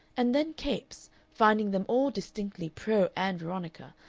and then capes, finding them all distinctly pro-ann veronica,